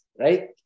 right